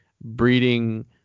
breeding